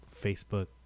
Facebook